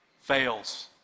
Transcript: fails